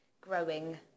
growing